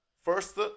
first